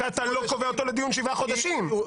שאתה לא קובע אותו לדיון שבעה חודשים,